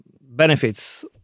benefits